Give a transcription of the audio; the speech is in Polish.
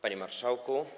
Panie Marszałku!